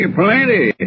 plenty